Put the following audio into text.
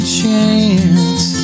chance